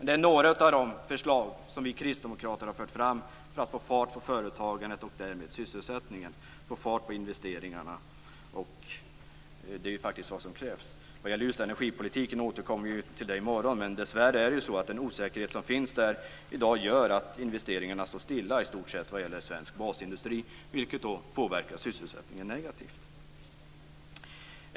Det är några av de förslag som vi kristdemokrater fört fram för att få fart på företagandet och därmed sysselsättningen och investeringarna. Det är faktiskt vad som krävs. Vad gäller just energipolitiken återkommer vi till det i debatten i morgon. Men dessvärre gör den osäkerhet som i dag finns där att investeringarna i stort sett står stilla vad gäller svensk basindustri, vilket påverkar sysselsättningen negativt.